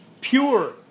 pure